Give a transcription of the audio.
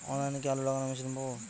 অনলাইনে কি আলু লাগানো মেশিন পাব?